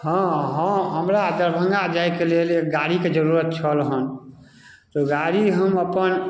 हँ हँ हमरा दरभङ्गा जाइके लेल एक गाड़ी के जरुरत छल हन तऽ गाड़ी हम अपन